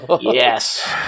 Yes